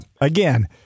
again